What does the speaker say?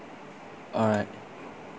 alright